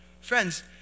Friends